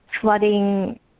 flooding